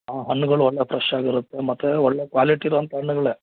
ಹಾಂ ಹಣ್ಣಗಳು ಒಳ್ಳೆಯ ಫ್ರೆಶ್ ಆಗಿರುತ್ತೆ ಮತ್ತು ಒಳ್ಳೆಯ ಕ್ವಾಲಿಟಿ ಇರುವಂಥ ಹಣ್ಣುಗಳೇ